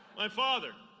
my father,